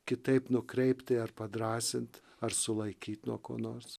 kitaip nukreipti ar padrąsint ar sulaikyt nuo ko nors